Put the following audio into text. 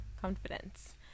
confidence